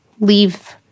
leave